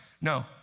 No